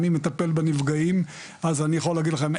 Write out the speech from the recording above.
אני מטפל בנפגעים אז אני יכול להגיד לכם,